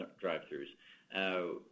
drive-thrus